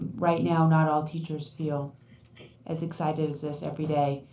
right now not all teachers feel as excited as this every day.